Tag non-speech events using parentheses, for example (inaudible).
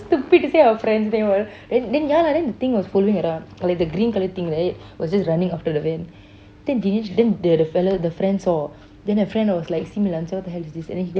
stupid say our friends name all then then ya lah the thing was following around like the green colour thing right was just running after the van (breath) then dinesh the the fellow the friend saw then the friend was like simi lanjiao what the hell is this then he go and